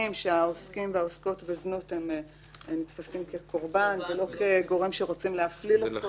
שהעוסקים והעוסקות בזנות נתפסים כקורבן ולא כגורם שרוצים להפליל אותו.